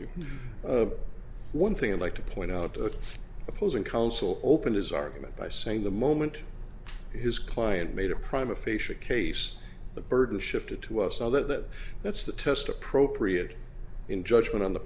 you one thing i'd like to point out the opposing counsel opened his argument by saying the moment his client made a prime aphasia case the burden shifted to us so that that's the test appropriate in judgment on the